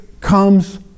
comes